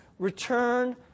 Return